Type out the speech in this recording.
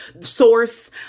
source